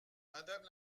madame